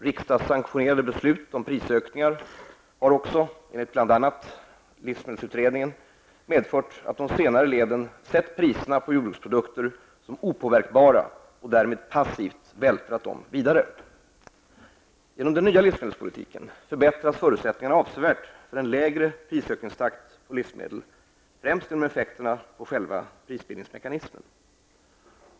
Riksdagssanktionerade beslut om prisökningar har också, bl.a. enligt 1986 års livsmedelsutredning, LMU, medfört att de senare leden sett priserna på jordbruksprodukter som opåverkbara och därmed passivt vältrat dem vidare. Genom den nya livsmedelspolitiken förbättras förutsättningarna avsevärt för en lägre prisökningstakt på livsmedel, främst genom effekterna på själva prisbildningsmekanismen.